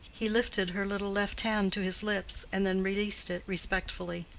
he lifted her little left hand to his lips, and then released it respectfully.